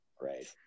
Right